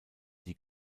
die